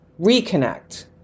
reconnect